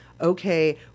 okay